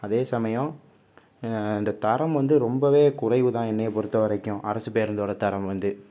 அதே சமயம் இந்த தரம் வந்து ரொம்பவே குறைவு தான் என்னைய பொறுத்த வரைக்கும் அரசுப் பேருந்தோடய தரம் வந்து